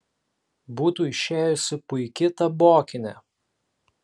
būtų išėjusi puiki tabokinė